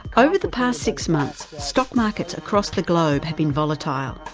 over the past six months, stock markets across the globe have been volatile.